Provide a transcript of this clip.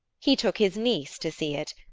he took his niece to see it,